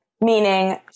Meaning